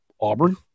auburn